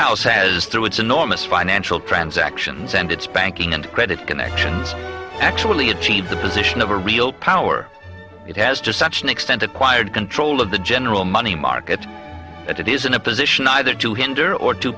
house has through its enormous financial transactions and its banking and credit connections actually achieve the position of a real power it has just such an extent acquired control of the general money market but it isn't a position either to hinder or to